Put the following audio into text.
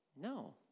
No